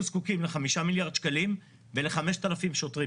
זקוקים לחמישה מיליארד שקלים ול-5,000 שוטרים.